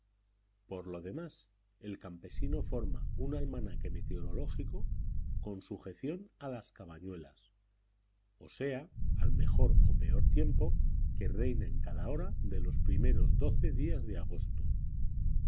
por lo demás el campesino forma un almanaque meteorológico con sujeción a las cabañuelas osea al mejor o peor tiempo que reina en cada hora de los primeros doce días de agosto